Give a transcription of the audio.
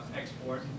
export